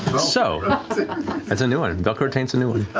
so that's a new one, velcro taint's a new one.